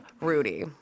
Rudy